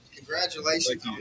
Congratulations